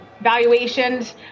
valuations